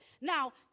Now